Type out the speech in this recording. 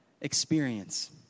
experience